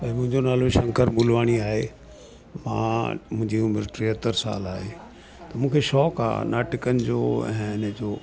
भई मुंहिंजो नालो शंकर मूलवाणी आहे मां मुंहिंजी उमिरि टेहतरि साल आहे त मूंखे शौंक़ु आहे नाटकनि जो ऐं इने जो